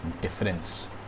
difference